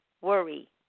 worry